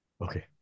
Okay